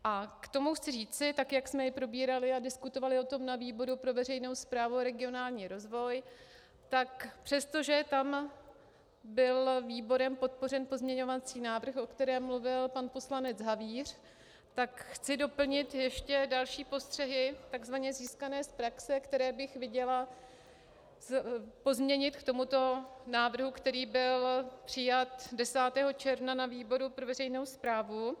K tomu chci říci, tak jak jsme probírali a diskutovali o tom na výboru pro veřejnou správu a regionální rozvoj, tak přestože tam byl výborem podpořen pozměňovací návrh, o kterém mluvil pan poslanec Havíř, tak chci doplnit ještě další postřehy, tzv. získané z praxe, které bych viděla pozměnit k tomuto návrhu, který byl přijat 10. června na výboru pro veřejnou správu.